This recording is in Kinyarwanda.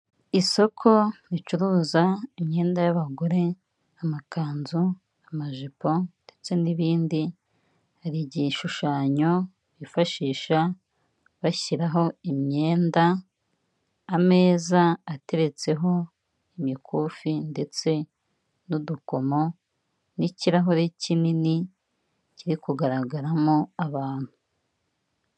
Isoko ricuruza imyenda y'abagore amakanzu, amajipo ndetse n'ibindi hari igishushanyo bifashisha bashyiraho imyenda, ameza ateretseho imikufi ndetse n'udukomo n'kirahure kinini kiri kugaragaramo abantu.